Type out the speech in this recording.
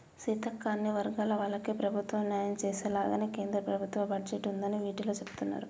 సీతక్క అన్ని వర్గాల వాళ్లకి ప్రభుత్వం న్యాయం చేసేలాగానే కేంద్ర ప్రభుత్వ బడ్జెట్ ఉందని టివీలో సెబుతున్నారు